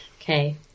Okay